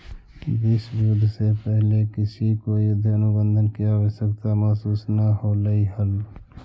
विश्व युद्ध से पहले किसी को युद्ध अनुबंध की आवश्यकता महसूस न होलई हल